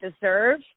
deserve